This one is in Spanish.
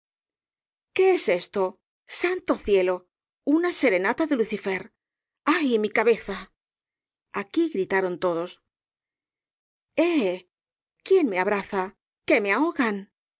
qué es esto santo cielo una serenata de lucifer ay mi cabeza y aquí gritaban otros eh quién me abraza que me ahogan